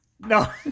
No